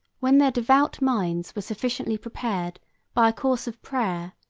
when their devout minds were sufficiently prepared by a course of prayer,